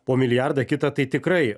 po milijardą kitą tai tikrai